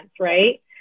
right